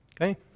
Okay